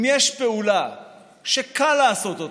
אם יש פעולה שקל לעשות אותה,